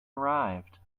arrived